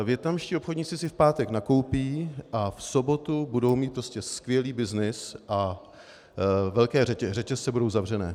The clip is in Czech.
Vietnamští obchodníci si v pátek nakoupí a v sobotu budou mít prostě skvělý byznys a velké řetězce budou zavřené.